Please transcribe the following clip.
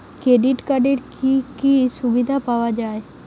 Credit কার্ডের কি কি সুবিধা পাওয়া যায়?